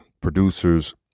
producers